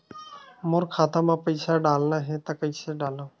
मोर खाता म पईसा डालना हे त कइसे डालव?